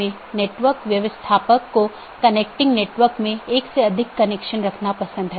autonomous system संगठन द्वारा नियंत्रित एक इंटरनेटवर्क होता है